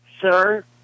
sir